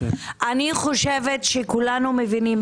אני חושבת שכולנו מבינים.